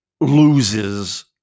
loses